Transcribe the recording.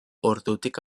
ordutik